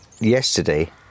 yesterday